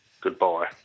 Goodbye